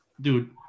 dude